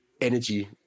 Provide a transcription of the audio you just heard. energy